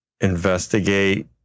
investigate